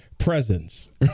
presence